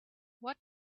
what